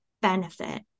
benefit